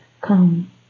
come